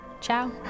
Ciao